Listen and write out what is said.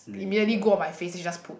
immediately go on my face then she just put